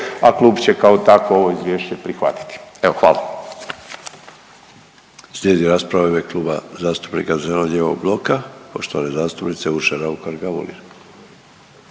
a klub će kao takvo ovo izvješće prihvatiti. Evo hvala.